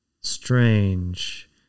strange